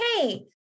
hey